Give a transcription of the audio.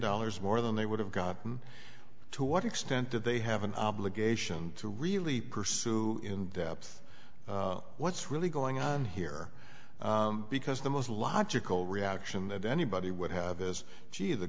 dollars more than they would have gotten to what extent did they have an obligation to really pursue in depth what's really going on here because the most logical reaction that anybody would have is gee the